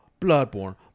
Bloodborne